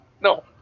No